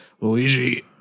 Luigi